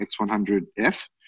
X100F